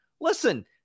listen